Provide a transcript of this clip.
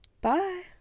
bye